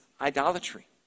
idolatry